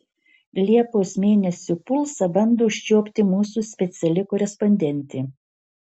liepos mėnesio pulsą bando užčiuopti mūsų speciali korespondentė